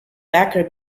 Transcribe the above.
backer